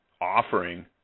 offering